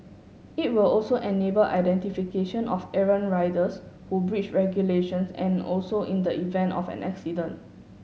it will also enable identification of errant riders who breach regulations and also in the event of an accident